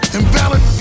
Invalid